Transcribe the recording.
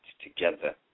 together